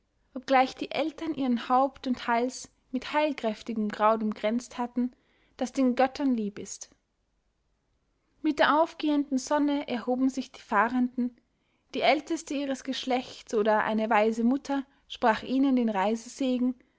obgleich die eltern ihnen haupt und hals mit heilkräftigem kraut umkränzt hatten das den göttern lieb ist mit der aufgehenden sonne erhoben sich die fahrenden der älteste ihres geschlechts oder eine weise mutter sprach ihnen den